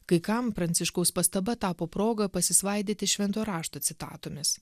kai kam pranciškaus pastaba tapo proga pasisvaidyti švento rašto citatomis